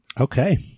Okay